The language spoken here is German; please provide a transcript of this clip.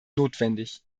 notwendig